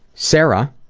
sarah,